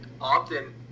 often